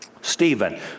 Stephen